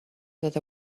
that